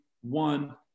one